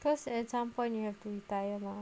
cause at some point you have to retire mah